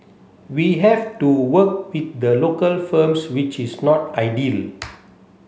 we have to work with the local firms which is not ideal